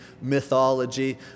mythology